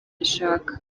ishaka